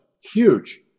huge